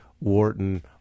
Wharton